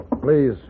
Please